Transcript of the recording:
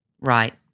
Right